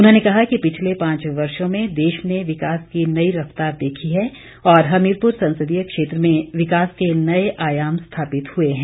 उन्होंने कहा कि पिछले पांच वर्षो में देश ने विकास की नई रफ्तार देखी है और हमीरपुर संसदीय क्षेत्र में विकास के नए आयाम स्थापित हुए है